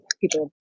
people